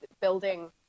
building